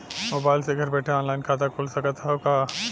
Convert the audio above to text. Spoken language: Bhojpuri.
मोबाइल से घर बैठे ऑनलाइन खाता खुल सकत हव का?